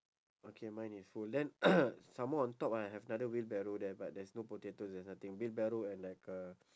okay mine is full then some more on top ah I have another wheelbarrow there but there's no potato there's nothing wheelbarrow and like uh